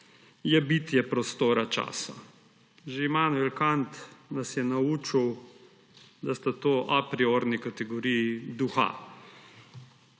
je bitje prostora, časa. Že Immanuel Kant nas je naučil, da sta to apriorni kategoriji duha.